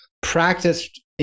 practiced